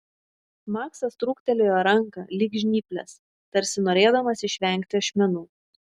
maksas trūktelėjo ranką lyg žnyples tarsi norėdamas išvengti ašmenų